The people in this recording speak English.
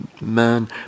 man